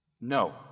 No